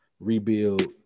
rebuild